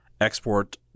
export